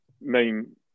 Main